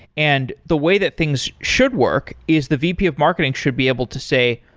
and the way that things should work is the vp of marketing should be able to say,